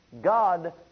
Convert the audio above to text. God